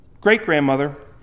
great-grandmother